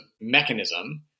mechanism